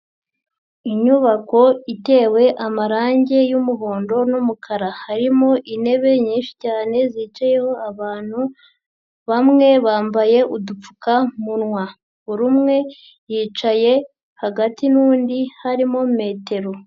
Inyubako itewe amarange y'umuhondo n'umukara, harimo intebe nyinshi cyane zicayeho abantu bamwe bambaye udupfukamunwa, buri umwe yicaye hagati n'undi harimo metero.